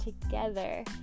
together